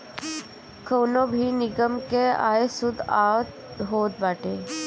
कवनो भी निगम कअ आय शुद्ध आय होत बाटे